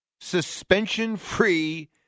suspension-free